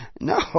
No